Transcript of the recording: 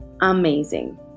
amazing